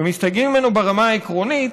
ומסתייגים ממנו ברמה העקרונית